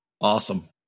Awesome